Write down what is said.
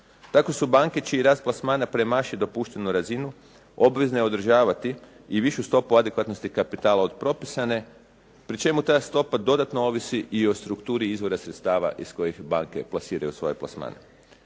Tako su banke čiji rast plasmana premaši dopuštenu razinu obvezne održavati i višu stopu adekvatnosti kapitala od propisane pri čemu ta stopa dodatno ovisi i o strukturi izvora sredstava iz kojih banke plasiraju svoje plasmane.